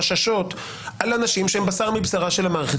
חששות על אנשים שהם בשר מבשרה של המערכת,